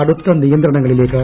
കടുത്ത നിയന്ത്രണങ്ങളിലേക്ക്